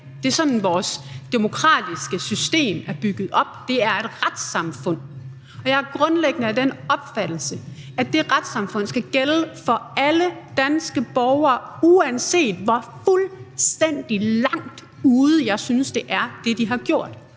Det er sådan, vores demokratiske system er bygget op. Det er et retssamfund, og jeg er grundlæggende af den opfattelse, at det retssamfund skal gælde for alle danske borgere, uanset hvor fuldstændig langt ude jeg synes det, de har gjort,